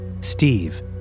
Steve